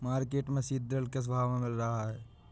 Market में सीद्रिल किस भाव में मिल रहा है?